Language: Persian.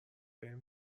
بریم